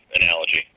analogy